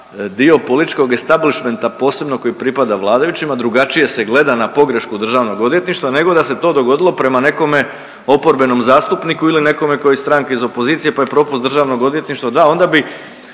dio političkog establišmenta posebno koji pripada vladajućima drugačije se gleda na pogrešku državnog odvjetništva nego da se to dogodilo prema nekome oporbenom zastupniku ili nekome ko je iz stranke iz opozicije pa je propust državnog odvjetništva